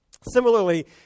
Similarly